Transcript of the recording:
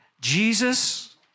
Jesus